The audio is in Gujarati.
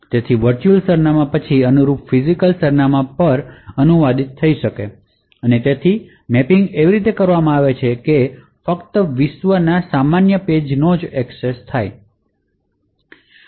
તેથી વર્ચુઅલ સરનામાં પછી અનુરૂપ ફિજિકલ સરનામાં પર અનુવાદિત થઈ જશે અને તેથી મેપિંગ એવી રીતે કરવામાં આવે છે કે તે ફક્ત વિશ્વના સામાન્ય પેજ જ એક્સેસ કરી શકાય છે